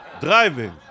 driving